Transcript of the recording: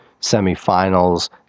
semifinals